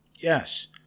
Yes